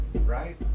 Right